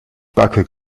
backe